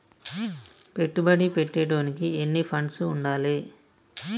పెట్టుబడి పెట్టేటోనికి ఎన్ని ఫండ్స్ ఉండాలే?